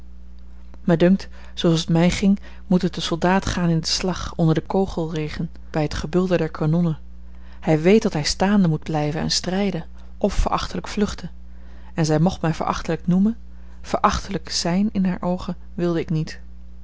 dunkt zooals het mij ging moet het den soldaat gaan in den slag onder den kogelregen bij t gebulder der kanonnen hij weet dat hij staande moet blijven en strijden of verachtelijk vluchten en zij mocht mij verachtelijk noemen verachtelijk zijn in hare oogen wilde ik niet